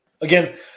again